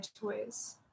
toys